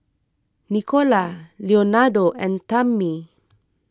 Nicola Leonardo and Tammi